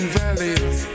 valleys